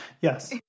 Yes